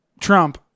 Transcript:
Trump